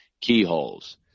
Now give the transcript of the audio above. Keyholes